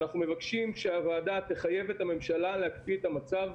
אנחנו מבקשים שהוועדה תחייב את הממשלה להקפיא את המצב,